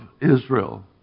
Israel